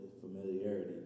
familiarity